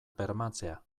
bermatzea